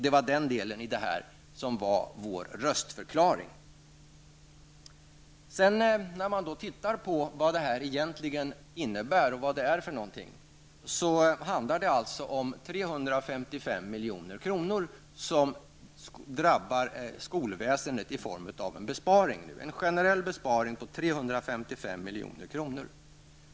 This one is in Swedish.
Det är den som utgör vår röstförklaring i den här delen. Man kan se på vad detta förslag egentligen innebär. Det handlar om 355 milj.kr. som drabbar skolväsendet i form av en besparing, dvs. en generell besparing på 355 milj.kr.